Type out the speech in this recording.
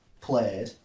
played